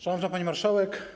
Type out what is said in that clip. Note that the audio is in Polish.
Szanowna Pani Marszałek!